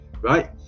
right